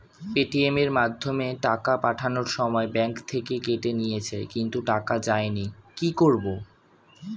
Paytm এর মাধ্যমে টাকা পাঠানোর সময় ব্যাংক থেকে কেটে নিয়েছে কিন্তু টাকা যায়নি কি করব?